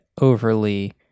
overly